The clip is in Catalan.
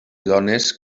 dones